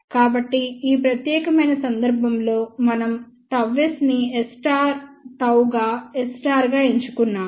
కాబట్టి ఈ ప్రత్యేక సందర్భంలో ఇప్పుడు మనం ΓS ని S Γ గా S గా ఎంచుకున్నాము